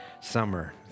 summer